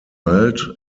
melt